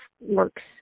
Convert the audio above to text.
works